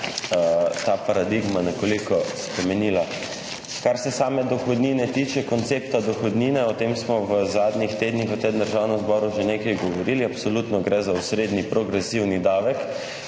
ta paradigma nekoliko spremenila. Kar se same dohodnine tiče, koncepta dohodnine, o tem smo v zadnjih tednih v tem Državnem zboru že nekaj govorili. Absolutno gre za osrednji progresivni davek,